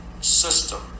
system